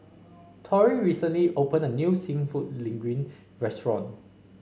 Tory recently opened a new seafood Linguine restaurant